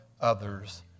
others